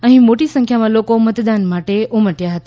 અહીં મોટી સંખ્યામાં લોકો મતદાન માટે ઉમટ્યા હતા